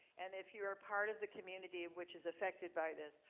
and if you are part of the community which is affected by this,